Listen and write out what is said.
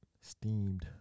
steamed